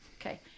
Okay